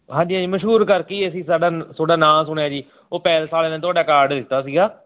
ਹਾਂਜੀ ਹਾਂਜੀ ਮਸ਼ਹੂਰ ਕਰਕੇ ਹੀ ਅਸੀਂ ਸਾਡਾ ਤੁਹਾਡਾ ਨਾਂ ਸੁਣਿਆ ਜੀ ਉਹ ਪੈਲਸ ਵਾਲਿਆ ਨੇ ਤੁਹਾਡਾ ਕਾਰਡ ਦਿੱਤਾ ਸੀਗਾ